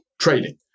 trading